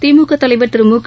திமுகதலைவர் திருமுக